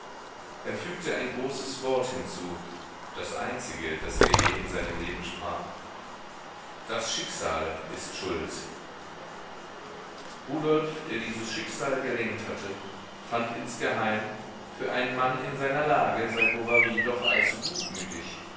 er fügte ein großes wort hinzu das einzige das er je in seinem leben sprach das schicksal ist schuld rudolf der dieses schicksal gelenkt hatte fand insgeheim für einen mann in seiner lage sei bovary doch allzu gutmütig